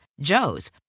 Joe's